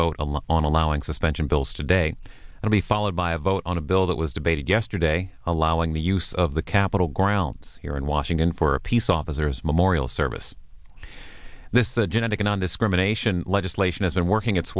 along on allowing suspension bills today and be followed by a vote on a bill that was debated yesterday allowing the use of the capitol grounds here in washington for a peace officers memorial service this the genetic nondiscrimination legislation isn't working its